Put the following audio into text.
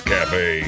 Cafe